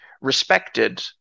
respected